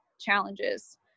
challenges